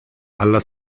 alla